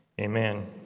Amen